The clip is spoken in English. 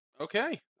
Okay